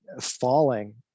falling